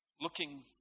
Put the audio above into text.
looking